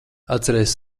atceries